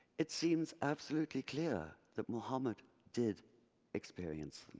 it seems absolutely clear that muhammad did experience.